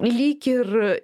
lyg ir